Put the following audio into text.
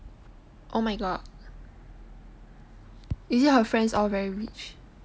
oh my god is it her friends all very rich